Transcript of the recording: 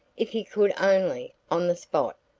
if he could only, on the spot,